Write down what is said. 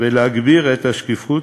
ולהגביר את השקיפות,